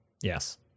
Yes